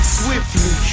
swiftly